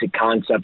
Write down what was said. concepts